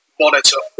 monitor